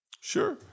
Sure